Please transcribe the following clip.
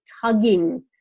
tugging